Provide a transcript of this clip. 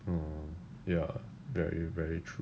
orh ya very very true